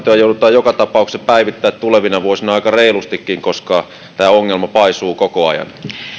joka tapauksessa päivittämään tulevina vuosina aika reilustikin koska tämä ongelma paisuu koko ajan